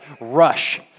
RUSH